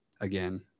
again